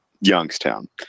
Youngstown